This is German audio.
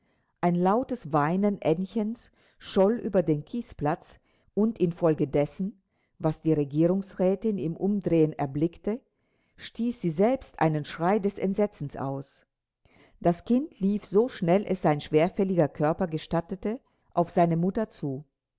ein lautes weinen aennchens scholl über den kiesplatz und infolgedessen was die regierungsrätin im umdrehen erblickte stieß sie selbst einen schrei des entsetzens aus das kind lief so schnell es sein schwerfälliger körper gestattete auf seine mutter zu